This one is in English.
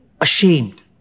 ashamed